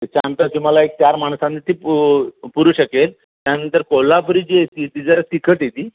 त्याच्यानंतर तुम्हाला एक चार माणसांना ती पु पुरू शकेल त्यानंतर कोल्हापुरी जी येते ती जरा तिखट येते